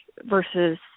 versus